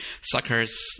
suckers